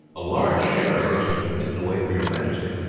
a large share of which has been hidden away for your majesty,